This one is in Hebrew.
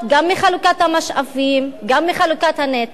גם מחלוקת המשאבים, גם מחלוקת הנטל?